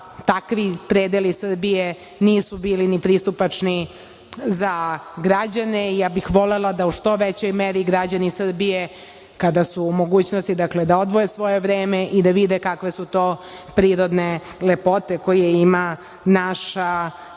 takvi predeli Srbije nisu bili ni pristupačni za građane i ja bih volela da u što većoj meri građani Srbije kada su u mogućnosti, dakle, da odvoje svoje vreme i da vide kakve su to prirodne lepote koje ima naša